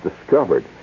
discovered